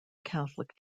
catholic